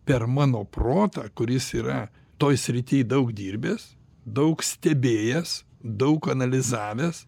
per mano protą kuris yra toj srity daug dirbęs daug stebėjęs daug analizavęs